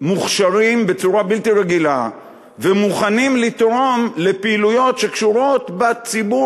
מוכשרים בצורה בלתי רגילה ומוכנים לתרום לפעילויות שקשורות בציבור,